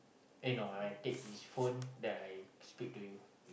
eh no no when I take his phone then I speak to you